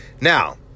Now